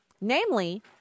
Namely